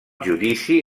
judici